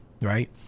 Right